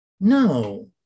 No